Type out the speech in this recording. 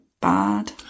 bad